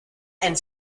and